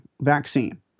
vaccine